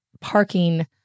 parking